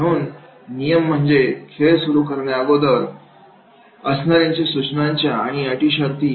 म्हणून नियम म्हणजे खेळ सुरु करण्या आगोदर असणार्या सूचना आणि अटीशर्ती